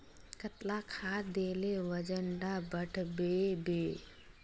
कतला खाद देले वजन डा बढ़बे बे?